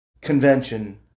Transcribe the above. convention